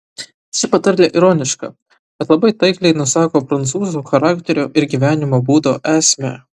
ši patarlė ironiška bet labai taikliai nusako prancūzų charakterio ir gyvenimo būdo esmę